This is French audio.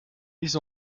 mise